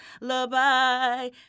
lullaby